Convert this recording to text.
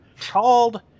called